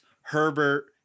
Herbert